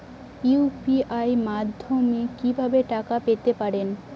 UPI মাধ্যমে কি ভাবে টাকা পেতে পারেন?